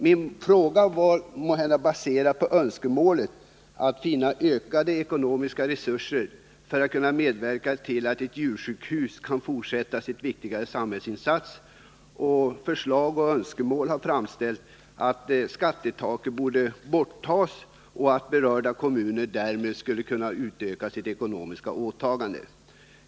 Min fråga var baserad på önskemålet att få ökade ekonomiska resurser för att kunna medverka till att ett djursjukhus kan fortsätta sin viktiga samhällsinsats. Förslag och önskemål har framställts att skattetaket skulle borttas så att berörda kommuner därmed skulle kunna utöka sitt ekonomiska åtagande.